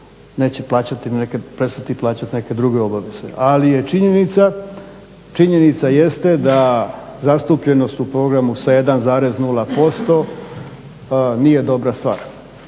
neće prestati plaćati neke druge obaveze. Ali činjenica jeste da zastupljenost u programu sa 1,0% nije dobra stvar,